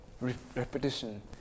Repetition